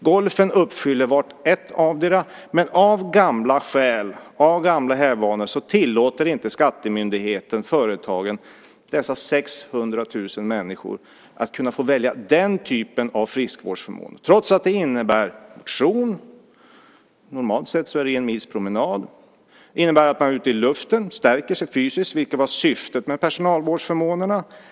Golfen uppfyller vart och ett av dessa, men av gamla skäl och gammal hävd tillåter inte skattemyndigheten företagen att låta dessa 600 000 människor välja den typen av friskvårdsförmån. Ändå innebär ju golf motion. Normalt sett är det en mils promenad. Det innebär att man är ute i luften och stärker sig fysiskt, vilket var syftet med personalvårdsförmånerna.